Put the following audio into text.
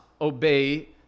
obey